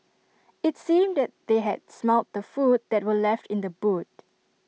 IT seemed that they had smelt the food that were left in the boot